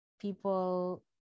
people